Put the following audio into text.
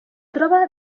troba